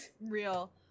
Real